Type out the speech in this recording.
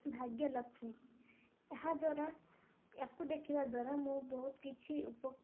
ଭାଗ୍ୟ ଲକ୍ଷ୍ମୀ ଏହାଦ୍ୱାରା ୟାକୁ ଦେଖିବା ଦ୍ୱାରା ମୁଁ ବହୁତ କିଛି ଉପ